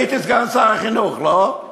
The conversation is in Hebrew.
הייתי סגן שר החינוך, לא?